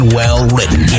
well-written